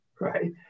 Right